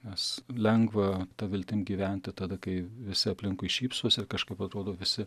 nes lengva ta viltim gyventi tada kai visi aplinkui šypsosi kažkaip atrodo visi